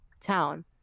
town